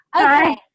Okay